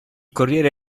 corriere